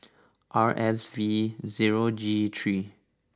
R S V zero G three